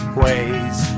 ways